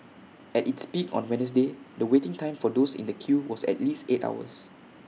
at its peak on Wednesday the waiting time for those in the queue was at least eight hours